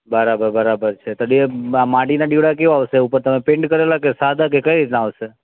બરાબર બરાબર છે તો બેન માટીના દીવડા કેવા આવશે ઉપર તમે પેઈન્ટ કરેલ કે સાદા કઈ રીતના આવશે